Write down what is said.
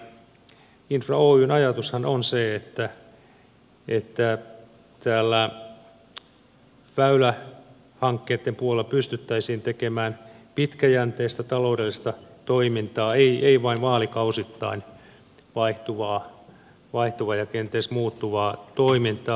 infra oyn ajatushan on se että täällä väylähankkeitten puolella pystyttäisiin tekemään pitkäjänteistä taloudellista toimintaa ei vain vaalikausittain vaihtuvaa ja kenties muuttuvaa toimintaa